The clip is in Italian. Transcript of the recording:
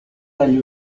dagli